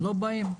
לא באים,